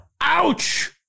Ouch